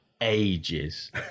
ages